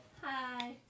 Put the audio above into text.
Hi